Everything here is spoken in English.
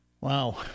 Wow